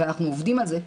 ואנחנו עובדים על זה,